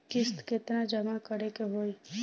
किस्त केतना जमा करे के होई?